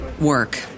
work